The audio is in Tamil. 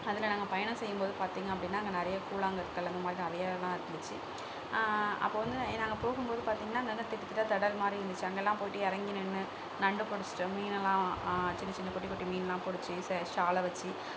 அதில் நாங்கள் பயணம் செய்யும் போது பார்த்தீங்க அப்படினா அங்கே நிறைய கூழாங்கற்கள் அந்த மாதிரி நிறையாலாம் இருந்துச்சு அப்போ வந்து நாங்கள் போகும் போது பார்த்தீங்கனா அங்கங்கே திட்டு திட்டாக திடல் மாதிரி இருந்துச்சு அங்கேலாம் போயிட்டு இறங்கி நின்று நண்டு பிடிச்சிட்டு மீன்லாம் சின்ன சின்ன குட்டி குட்டி மீன்லாம் பிடிச்சி ஷே ஷால் வச்சு